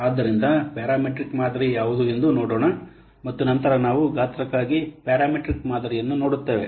ಆದ್ದರಿಂದ ಪ್ಯಾರಮೆಟ್ರಿಕ್ ಮಾದರಿ ಯಾವುದು ಎಂದು ನೋಡೋಣ ಮತ್ತು ನಂತರ ನಾವು ಗಾತ್ರಕ್ಕಾಗಿ ಪ್ಯಾರಮೆಟ್ರಿಕ್ ಮಾದರಿಯನ್ನು ನೋಡುತ್ತೇವೆ